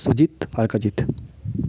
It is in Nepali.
सुजित हर्कजित